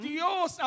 Dios